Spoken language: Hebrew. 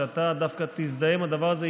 שאתה דווקא תזדהה עם הדבר הזה,